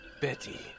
Betty